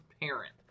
parent